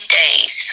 days